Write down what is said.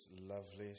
lovely